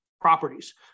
properties